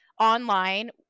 online